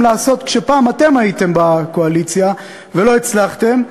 לעשות כשפעם אתם הייתם בקואליציה ולא הצלחתם.